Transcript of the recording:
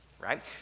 Right